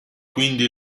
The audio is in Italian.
quindi